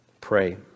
pray